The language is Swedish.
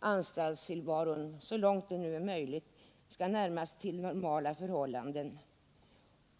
anstaltstillvaron, så långt det nu är möjligt, skall närmas till normala förhållanden.